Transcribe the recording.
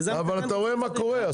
אבל אתה רואה מה קורה,